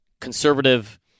conservative